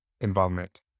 involvement